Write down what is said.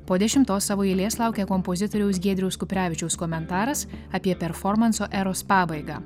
po dešimtos savo eilės laukia kompozitoriaus giedriaus kuprevičiaus komentaras apie performanso eros pabaigą